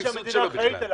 על מי שהמדינה אחראית עליו,